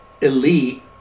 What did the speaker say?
elite